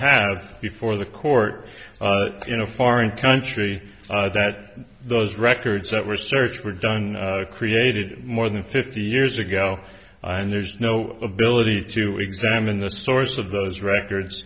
have before the court but in a foreign country that those records that were searched were done created more than fifty years ago and there's no ability to examine the source of those records